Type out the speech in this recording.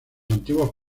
antiguos